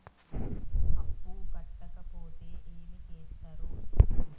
అప్పు కట్టకపోతే ఏమి చేత్తరు?